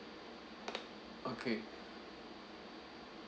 okay